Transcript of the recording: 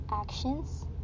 actions